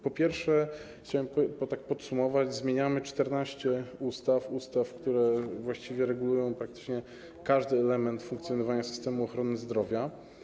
Po pierwsze, chciałem tak podsumować, zmieniamy 14 ustaw, ustaw, które regulują praktycznie każdy element funkcjonowania systemu ochrony zdrowia.